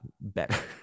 better